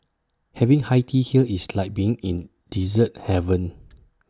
having high tea here is like being in dessert heaven